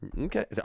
Okay